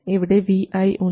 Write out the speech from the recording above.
ഇവിടെ vi ഉണ്ട്